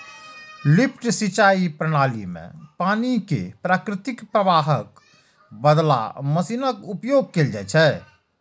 lift सिंचाइ प्रणाली मे पानि कें प्राकृतिक प्रवाहक बदला मशीनक उपयोग कैल जाइ छै